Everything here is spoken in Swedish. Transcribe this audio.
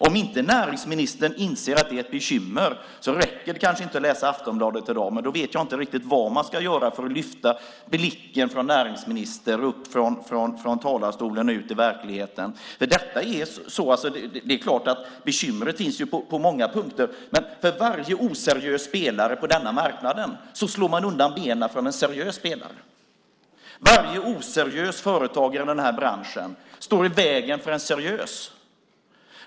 Om inte näringsministern inser att det är ett bekymmer räcker det kanske inte att läsa Aftonbladet i dag, men då vet jag inte riktigt vad man ska göra för att lyfta näringsministerns blick upp från talarstolen och ut i verkligheten. Det är klart att bekymret finns på många punkter, men för varje oseriös spelare på denna marknad slås benen undan för en seriös spelare. Varje oseriös företagare i den här branschen står i vägen för en seriös.